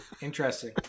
interesting